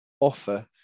offer